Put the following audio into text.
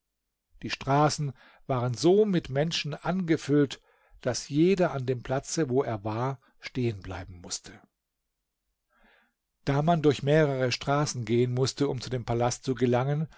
die straßen waren so mit menschen angefüllt daß jeder an dem platze wo er war stehen bleiben mußte da man durch mehrere straßen gehen mußte um zu dem palast zu gelangen